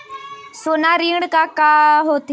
सोना ऋण हा का होते?